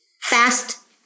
Fast